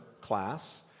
class